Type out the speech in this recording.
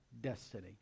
destiny